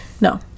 no